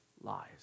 lies